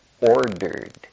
ordered